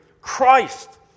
Christ